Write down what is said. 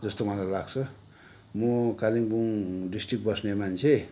जस्तो मलाई लाग्छ म कालिम्पोङ डिस्ट्रिक्ट बस्ने मान्छे